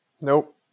Nope